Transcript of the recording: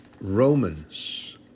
...Romans